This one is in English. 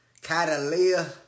Catalia